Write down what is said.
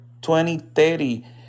2030